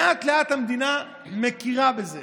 לאט-לאט המדינה מכירה בזה.